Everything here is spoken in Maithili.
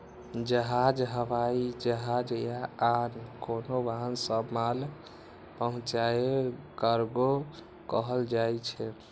जहाज, हवाई जहाज या आन कोनो वाहन सं माल पहुंचेनाय कार्गो कहल जाइ छै